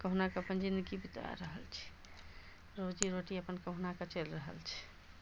कहुनाके अपन जिनगी बिता रहल छी रोजी रोटी अपन कहुनाके चलि रहल छै